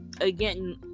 again